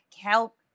help